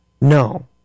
No